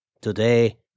Today